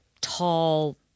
tall